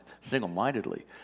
single-mindedly